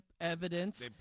evidence